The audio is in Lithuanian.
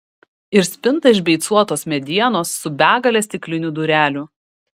ir spinta iš beicuotos medienos su begale stiklinių durelių